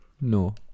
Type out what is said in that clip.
no